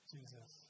Jesus